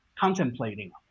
contemplating